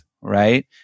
right